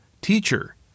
teacher